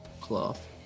cloth